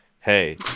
hey